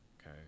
okay